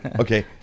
Okay